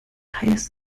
heißt